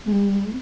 mm